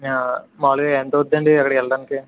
మామూలుగా ఎంత అవుద్ది అండి అక్కడికి వెళ్ళడానికి